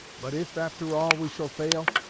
but if, after all, we shall fail,